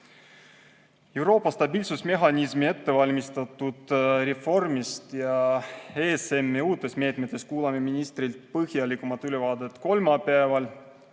stabiilsusmehhanismi ette valmistatud reformist ja ESM-i uutest meetmetest kuuleme ministrilt põhjalikumat ülevaadet kolmapäeval,